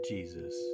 Jesus